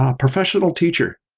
um professional teacher.